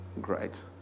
Great